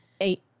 eight